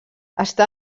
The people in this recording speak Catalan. està